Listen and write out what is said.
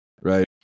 right